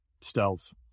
stealth